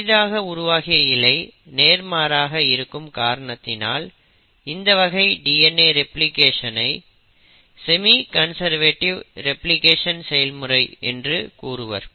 புதிதாக உருவாகிய இழை நேர்மாறாக இருக்கும் காரணத்தினால் இந்த வகை DNA ரெப்ளிகேஷனை சேமி கன்சர்வேடிவ் ரெப்ளிகேஷன் செயல்முறை என்று கூறுவர்